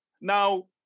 Now